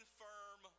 firm